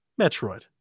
Metroid